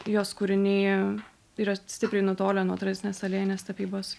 jos kūriniai yra stipriai nutolę nuo tradicinės aliejinės tapybos